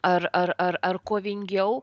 ar ar ar ar kovingiau